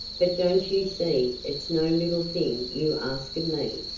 but don't you see it's no little thing you ask of me?